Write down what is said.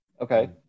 Okay